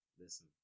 Listen